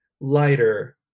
lighter